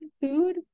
food